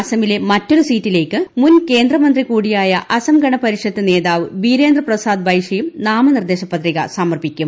അസംമിലെ മറ്റൊരു സീറ്റിലേയ്ക്ക് മുൻ കേന്ദ്രമന്ത്രി കൂടിയായ അസം ഗണപരിഷത്ത് നേതാവ് ബിരേന്ദ്ര പ്രസാദ് ബൈഷ്യയും നാമനിർദ്ദേശ പത്രിക സമർപ്പിക്കും